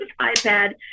iPad